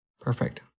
Perfect